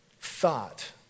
thought